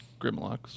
Grimlocks